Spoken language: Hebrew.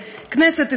בכנסת,